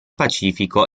pacifico